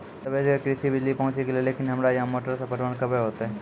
सबे जगह कृषि बिज़ली पहुंची गेलै लेकिन हमरा यहाँ मोटर से पटवन कबे होतय?